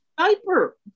diaper